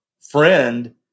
friend